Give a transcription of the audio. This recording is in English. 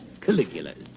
Caligula's